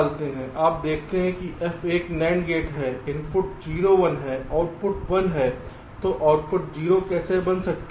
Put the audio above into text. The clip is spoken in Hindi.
आप देखते हैं F एक NAND गेट है इनपुट्स 0 1 हैं आउटपुट 1 है तो आउटपुट 0 कैसे बन सकता है